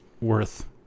worth